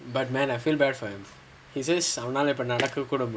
but man I feel bad for him he's a அவனால இப்போ நடக்க கூட முடில:avanaala ippo nadaka kooda mudila